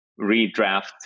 redraft